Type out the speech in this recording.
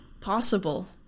possible